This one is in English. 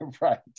Right